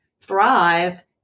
thrive